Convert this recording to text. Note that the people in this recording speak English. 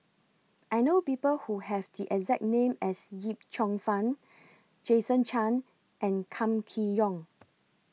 I know People Who Have The exact name as Yip Cheong Fun Jason Chan and Kam Kee Yong